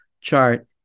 chart